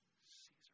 Caesar